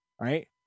right